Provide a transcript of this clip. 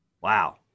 Wow